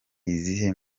izihe